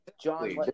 John